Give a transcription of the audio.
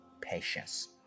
patience